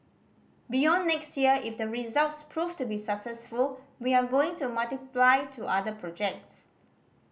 beyond next year if the results proved to be successful we are going to multiply to other projects